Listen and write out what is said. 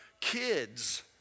kids